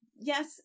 yes